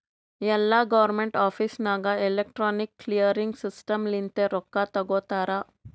ಎಲ್ಲಾ government office ನಾಗ್ electronic clearing system ಲಿಂತೆ ರೊಕ್ಕಾ ತೊಗೋತಾರ